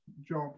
job